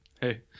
hey